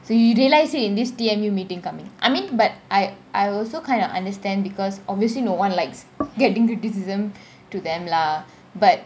so you realised it in this T_M_U meeting coming I mean but I I also kind of understand because obviously no one likes getting criticism to them lah but